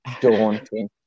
daunting